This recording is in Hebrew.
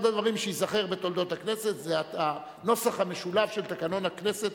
בתולדות הכנסת זה הנוסח המשולב של תקנון הכנסת,